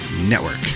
Network